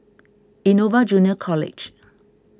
Innova Junior College